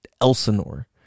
Elsinore